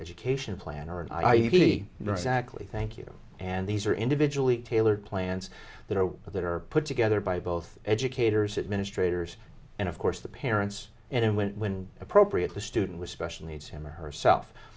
education plan or an i e you know exactly thank you and these are individually tailored plans that are that are put together by both educators administrators and of course the parents and went when appropriate the student was special needs him or herself